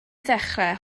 ddechrau